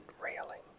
railing